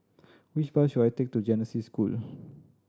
which bus should I take to Genesis School